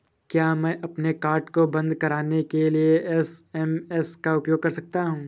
क्या मैं अपने कार्ड को बंद कराने के लिए एस.एम.एस का उपयोग कर सकता हूँ?